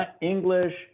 English